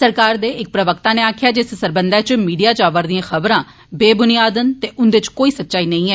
सरकार दे इंक प्रवक्ता नै आक्खेया जे इस सरबंधा च मीडिया च आवा रदियां खबरां बे बुनियाद न ते उन्दे च कोई सच्चाई नेईं ऐ